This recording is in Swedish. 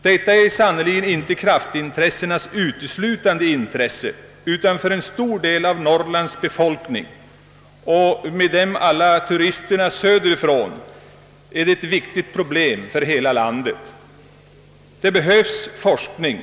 Detta är sannerligen inte kraftintressenternas intressen enbart, utan för en stor del av Norrlands befolkning och — med alla turister söderifrån — är det ett viktigt problem för hela landet. Det behövs forskning.